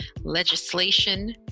legislation